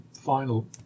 final